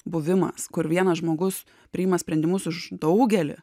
buvimas kur vienas žmogus priima sprendimus už daugelį